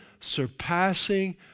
surpassing